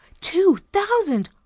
two thousand!